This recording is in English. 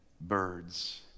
birds